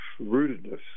rootedness